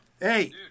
hey